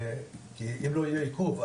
כי אם לא יהיה עיכוב,